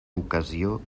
ocasió